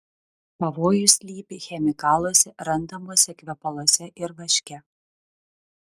pavojus slypi chemikaluose randamuose kvepaluose ir vaške